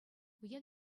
уяв